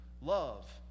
Love